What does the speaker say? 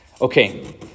Okay